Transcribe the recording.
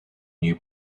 new